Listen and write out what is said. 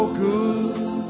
good